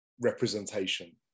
representation